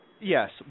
Yes